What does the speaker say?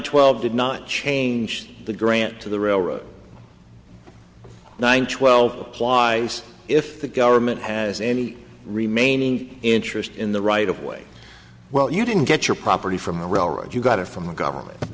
twelve did not change the grant to the railroad nine twelve ply if the government has any remaining interest in the right of way well you didn't get your property from the railroad you got it from the government